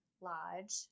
Lodge